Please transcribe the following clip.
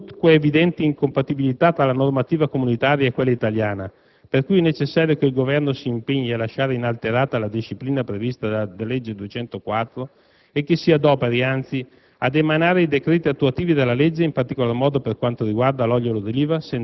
è necessario darne indicazione sull'imballaggio. Non risultano dunque evidenti incompatibilità tra la normativa comunitaria e quella italiana, per cui è necessario che il Governo si impegni a lasciare inalterata la disciplina prevista dalla legge n. 204 del 2004 e che si adoperi, anzi,